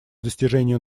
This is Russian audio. достижению